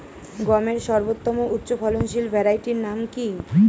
গমের সর্বোত্তম উচ্চফলনশীল ভ্যারাইটি নাম কি?